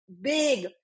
big